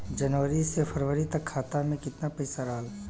जनवरी से फरवरी तक खाता में कितना पईसा रहल?